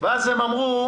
ואז הם אמרו